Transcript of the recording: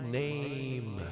name